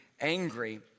angry